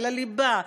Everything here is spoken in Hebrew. אל הליבה,